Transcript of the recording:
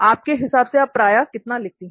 आपके हिसाब से आप प्रायः कितना लिखती है